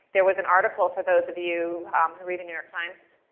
there was an article for those of you who read the new york times,